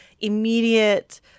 immediate